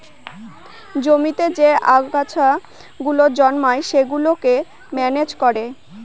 জমিতে যে আগাছা গুলো জন্মায় সেগুলোকে ম্যানেজ করে